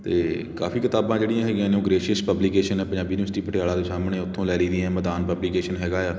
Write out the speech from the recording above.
ਅਤੇ ਕਾਫ਼ੀ ਕਿਤਾਬਾਂ ਜਿਹੜੀਆਂ ਹੈਗੀਆਂ ਨੇ ਉਹ ਗਰੇਸ਼ੀਅਸ ਪਬਲੀਕੇਸ਼ਨ ਹੈ ਪੰਜਾਬੀ ਯੂਨੀਵਰਸਿਟੀ ਪਟਿਆਲਾ ਦੇ ਸਾਹਮਣੇ ਉੱਥੋਂ ਲੈ ਲਈ ਦੀਆਂ ਮਦਾਨ ਪਬਲੀਕੇਸ਼ਨ ਹੈਗਾ ਹੈ